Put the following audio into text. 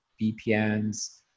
VPNs